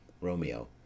ROMEO